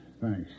Thanks